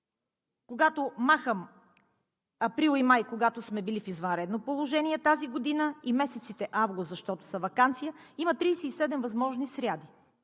г., махам април и май, когато сме били в извънредно положение тази година, и месец август, защото е ваканция, има 37 възможни среди.